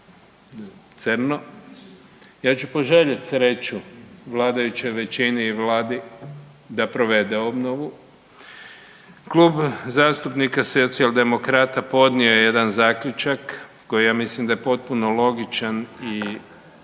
crnu, ja ću poželjeti sreću vladajućoj većini i vladi da provede obnovu, Klub zastupnika Socijaldemokrata podnio je jedan zaključak koji ja mislim da je potpuno logičan i mislim